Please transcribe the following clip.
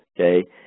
okay